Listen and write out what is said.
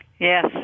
Yes